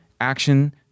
action